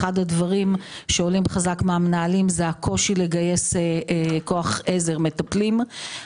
אחד הדברים שעולים חזק מן המנהלים הוא הקושי לגייס כוח עזר של מטפלים.